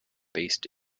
based